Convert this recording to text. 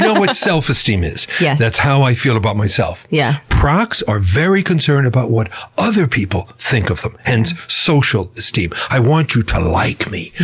know what self-esteem is. yeah that's how i feel about myself. yeah procs are very concerned about what other people think of them. hence social esteem. i want you to like me.